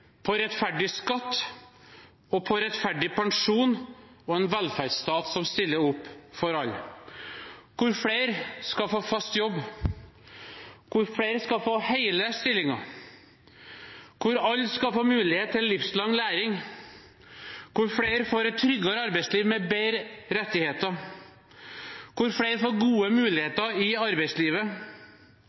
rettferdig skatt, rettferdig pensjon og en velferdsstat som stiller opp for alle. Flere skal få fast jobb, flere skal få hele stillinger, alle skal få mulighet til livslang læring. Flere skal få et tryggere arbeidsliv med bedre rettigheter, flere skal få gode muligheter i arbeidslivet.